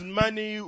money